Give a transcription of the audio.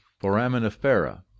foraminifera